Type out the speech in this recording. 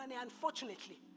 unfortunately